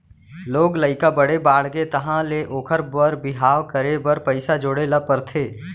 लोग लइका बड़े बाड़गे तहाँ ले ओखर बर बिहाव करे बर पइसा जोड़े ल परथे